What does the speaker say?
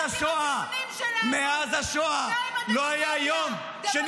למה אתם